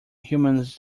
humans